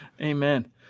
Amen